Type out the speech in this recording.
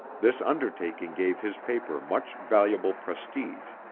this undertaking gave his paper much valuable prestige.